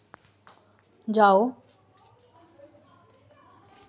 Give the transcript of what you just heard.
जाओ